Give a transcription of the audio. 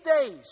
days